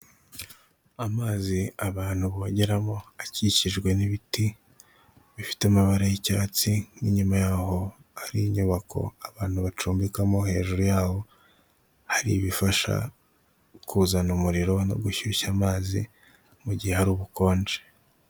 Inote y'ibihumbi makumyabiri y'amafaranga ya Kongo ikaba, igizwe n'ibirango biriho gasumbashyamba hakaba hanariho n'umugore w'ikibumbano ushushanyijemo.